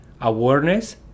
Awareness